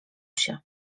się